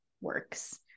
works